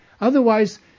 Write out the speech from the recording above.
Otherwise